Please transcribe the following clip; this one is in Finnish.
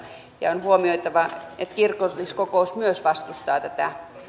ja on huomioitava että kirkolliskokous myös vastustaa tätä